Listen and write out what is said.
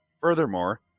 furthermore